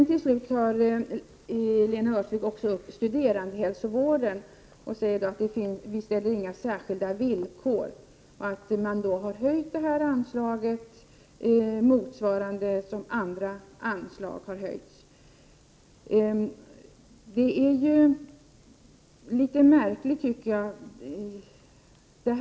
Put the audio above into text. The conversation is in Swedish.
Till slut tar Lena Öhrsvik också upp studerandehälsovården och säger att inga särskilda villkor ställs och att anslaget har räknats upp på ett sätt som motsvarar andra anslagshöjningar. Det är litet märkligt, tycker jag.